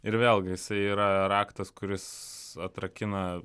ir vėlgi jisai yra raktas kuris atrakina